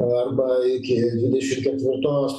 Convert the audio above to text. arba iki dvidešim ketvirtos